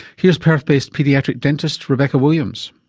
here's perth based paediatric dentist, rebecca williams.